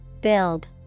Build